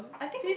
I think